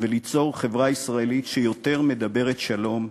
וליצור חברה ישראלית שיותר מדברת שלום,